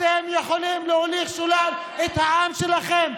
אתם יכולים להוליך שולל את העם שלכם,